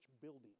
building